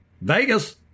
Vegas